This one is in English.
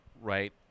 right